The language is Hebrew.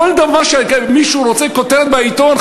בכל פעם שמישהו רוצה כותרת בעיתון,